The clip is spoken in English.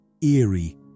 eerie